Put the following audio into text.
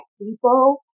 people